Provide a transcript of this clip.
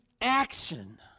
action